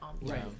right